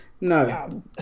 no